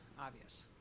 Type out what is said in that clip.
obvious